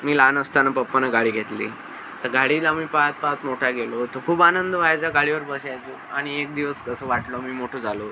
मी लहान असताना पप्पानी गाडी घेतली तर गाडीला मी पहात पहात मोठा गेलो तो खूप आनंद व्हायचा गाडीवर बसायचा आणि एक दिवस असं वाटलं मी मोठा झालो